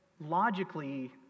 Logically